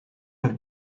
have